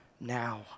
now